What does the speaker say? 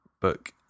book